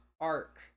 arc